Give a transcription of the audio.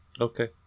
Okay